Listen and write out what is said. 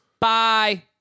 Bye